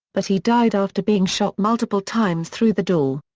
but he died after being shot multiple times through the door.